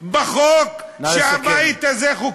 בחוק שהבית הזה חוקק.